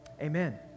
amen